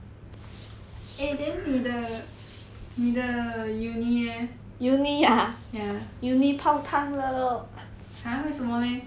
eh then 你的你的 uni leh ya !huh! 为什么 leh